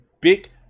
big